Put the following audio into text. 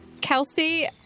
Kelsey